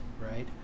right